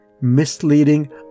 misleading